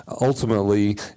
Ultimately